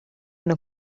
una